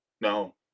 no